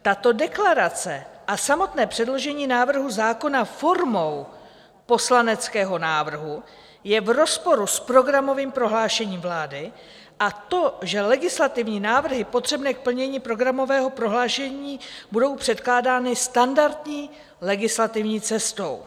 Tato deklarace a samotné předložení návrhu zákona formou poslaneckého návrhu je v rozporu s programovým prohlášením vlády a legislativní návrhy potřebné k plnění programového prohlášení budou předkládány standardní legislativní cestou.